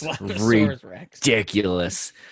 ridiculous